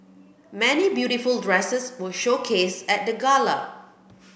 many beautiful dresses were showcased at the gala